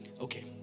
Okay